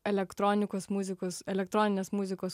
elektronikos muzikos elektroninės muzikos